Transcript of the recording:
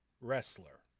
wrestler